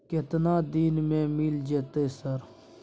केतना दिन में मिल जयते सर?